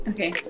Okay